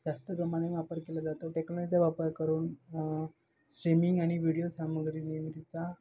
जास्त प्रमाणे वापर केला जातो टेक्नॉलॉजीचा वापर करून स्ट्रीमिंग आणि व्हिडिओ सामग्री निर्मितीचा